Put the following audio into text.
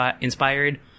inspired